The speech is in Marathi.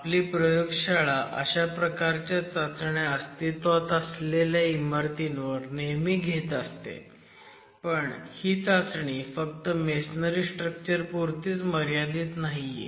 आपली प्रयोगशाळा अशा प्रकारच्या चाचण्या अस्तित्वात असलेल्या इमारतींवर नेहमी घेत असते पण ही चाचणी फक्त मेसनरी स्ट्रक्चर पुरतीच मर्यादित नाहीये